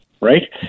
right